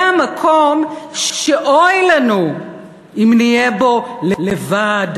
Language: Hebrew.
זה המקום שאוי לנו אם נהיה בו לבד,